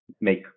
make